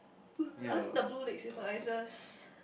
I think the blue legs symbolises